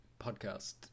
podcast